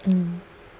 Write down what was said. mm